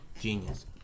genius